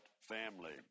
family